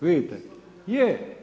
Vidite, je.